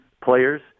players